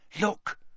Look